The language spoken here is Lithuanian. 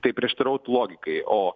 tai prieštarautų logikai o